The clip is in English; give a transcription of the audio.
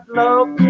love